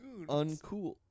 uncool